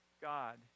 God